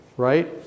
Right